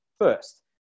first